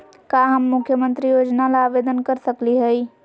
का हम मुख्यमंत्री योजना ला आवेदन कर सकली हई?